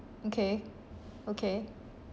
okay okay